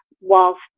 whilst